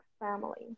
family